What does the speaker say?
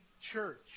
church